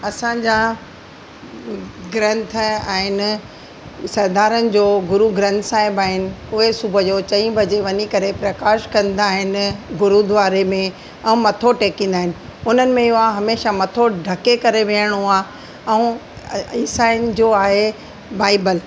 असांजा ग्रंथ आहिनि सरदारनि जो गुरु ग्रंथ साहिब आहिनि उहे सुबुअ जो चई बजे वञी करे प्रकाश कंदा आहिनि गुरुद्वारे में ऐं मथो टेकींदा आहिनि हुननि में इहो आहे हमेशा मथो ढके करे विहणो आहे ऐं ईसाईनि जो आहे बाइबल